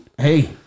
hey